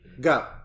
Go